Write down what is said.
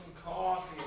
cough